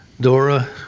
Dora